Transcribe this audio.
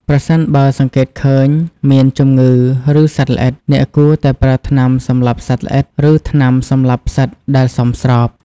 ប្រសិនបើសង្កេតឃើញមានជំងឺ ឬសត្វល្អិត អ្នកគួរតែប្រើថ្នាំសម្លាប់សត្វល្អិត ឬថ្នាំសម្លាប់ផ្សិតដែលសមស្រប។